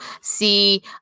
see